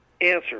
answer